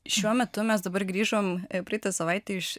šiuo metu mes dabar grįžom praeitą savaitę iš